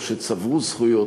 או שצברו זכויות,